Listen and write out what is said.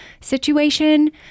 situation